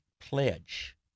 pledge